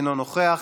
אינו נוכח.